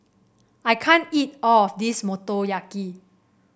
I can't eat all of this Motoyaki